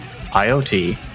IoT